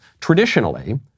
traditionally